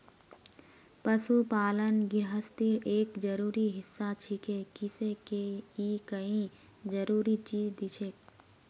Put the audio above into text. पशुपालन गिरहस्तीर एक जरूरी हिस्सा छिके किसअ के ई कई जरूरी चीज दिछेक